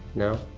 no?